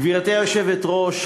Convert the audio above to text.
גברתי היושבת-ראש,